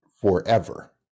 forever